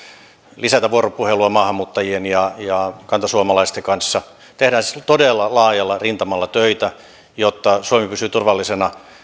lisätä vuoropuhelua maahanmuuttajien ja ja kantasuomalaisten kanssa tehdään siis todella laajalla rintamalla töitä jotta suomi pysyy turvallisena